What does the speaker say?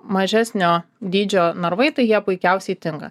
mažesnio dydžio narvai tai jie puikiausiai tinka